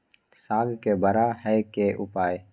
साग के बड़ा है के उपाय?